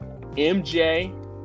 MJ